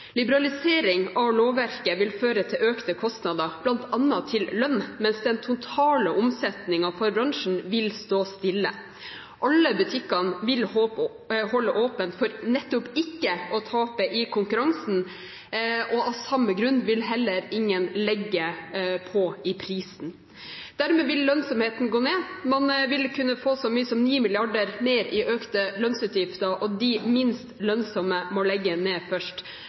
Liberalisering av lovverket vil føre til økte kostnader, bl.a. til lønn, mens den totale omsetningen for bransjen vil stå stille. Alle butikkene vil holde åpent for nettopp ikke å tape i konkurransen, og av samme grunn vil heller ingen legge på prisen. Dermed vil lønnsomheten gå ned. Man vil kunne få så mye som 9 mrd. kr mer i økte lønnsutgifter, og de minst lønnsomme må legge ned først.